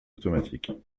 automatique